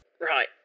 Right